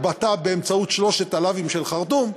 התבטא באמצעות שלושת הלאווים של חרטום,